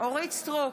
אורית מלכה סטרוק,